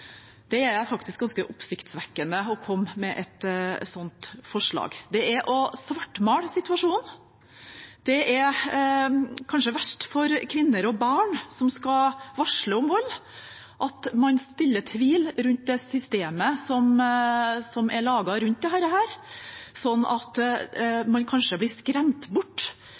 Det er faktisk ganske oppsiktsvekkende å komme med et slikt forslag. Det er å svartmale situasjonen. Det er kanskje verst for kvinner og barn som skal varsle om vold at man sår tvil om systemet som er laget rundt dette, at de kanskje blir skremt bort